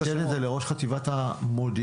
תעביר את האירועים לראש חטיבת המודיעין,